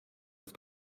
with